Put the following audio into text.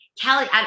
Kelly